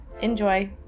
Enjoy